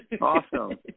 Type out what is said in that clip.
Awesome